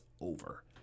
over